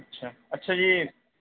اچھا اچھا یہ